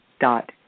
dot